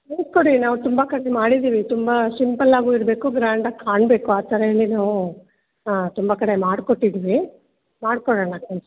ನಾವು ತುಂಬ ಕಡೆ ಮಾಡಿದೀವಿ ತುಂಬ ಸಿಂಪಲ್ಲಾಗೂ ಇರಬೇಕು ಗ್ರಾಂಡಾಗಿ ಕಾಣಬೇಕು ಆ ಥರ ಏನೇನೊ ತುಂಬ ಕಡೆ ಮಾಡ್ಕೊಟ್ಟಿದೀವಿ ಮಾಡ್ಕೊಡೋಣ